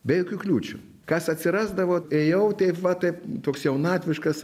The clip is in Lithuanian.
be jokių kliūčių kas atsirasdavo ėjau teip va taip toks jaunatviškas